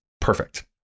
perfect